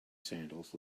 sandals